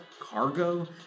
cargo